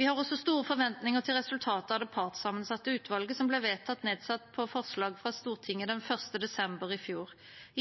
Vi har også store forventninger til resultatet av det partssammensatte utvalget som ble vedtatt nedsatt på forslag fra Stortinget den 1. desember i fjor.